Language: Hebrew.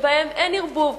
שבהם אין ערבוב,